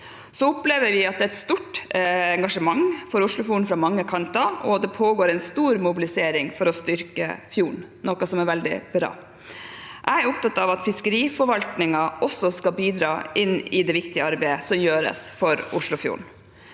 Vi opplever at det er et stort engasjement for Oslofjorden fra mange kanter, og det pågår en stor mobilisering for å styrke fjorden, noe som er veldig bra. Jeg er opptatt av at fiskeriforvaltningen også skal bidra i det viktige arbeidet som gjøres for Oslofjorden.